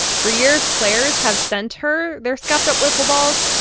for years, players have sent her their scuffed up wiffle balls.